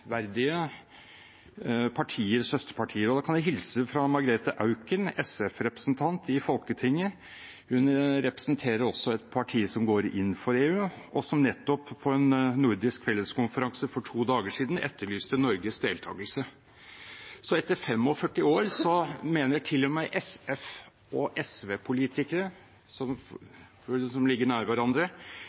kan hilse fra Margrete Auken, SF-representant i Folketinget. Hun representerer et parti som går inn for EU, og som på en nordisk felleskonferanse for to dager siden etterlyste Norges deltakelse. Etter 45 år mener til og med SF- og SV-politikere, som ligger nære hverandre,